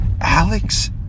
alex